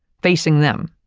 facing them.